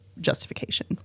justification